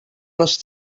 les